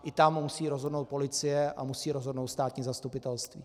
I tam musí rozhodnout policie a musí rozhodnout státní zastupitelství.